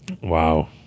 Wow